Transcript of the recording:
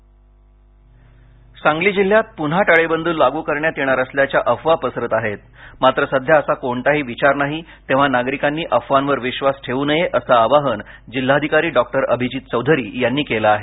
सांगली टाळेबंदी सांगली जिल्ह्यात प्रन्हा टाळेबंदी लागू करण्यात येणार असल्याच्या अफवा पसरत आहेत मात्र सध्या असा कोणताही विचार नाही तेव्हा नागरिकांनी अफवांवर विश्वास ठेवू नये असं आवाहन जिल्हाधिकारी डॉक्टर अभिजीत चौधरी यांनी केलं आहे